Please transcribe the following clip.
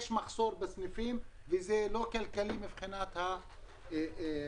יש מחסור בסניפים, וזה לא כלכלי מבחינת הזכיינים.